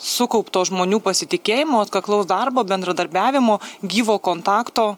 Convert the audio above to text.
sukaupto žmonių pasitikėjimo atkaklaus darbo bendradarbiavimo gyvo kontakto